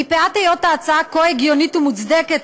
מפאת היות ההצעה כה הגיונית ומוצדקת,